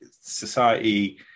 society